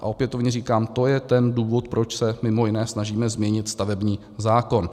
A opětovně říkám, to je ten důvod, proč se, mimo jiné, snažíme změnit stavební zákon.